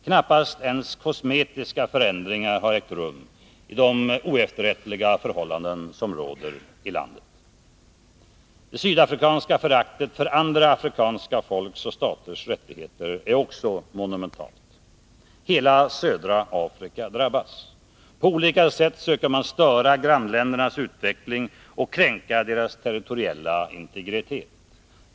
Knappast ens kosmetiska förändringar har ägt rum i de oefterrättliga förhållanden som råder i landet. Det sydafrikanska föraktet för andra afrikanska folks och staters rättigheter är också monumentalt. Hela södra Afrika drabbas. På olika sätt söker man störa grannländernas utveckling och kränka deras territoriella integritet.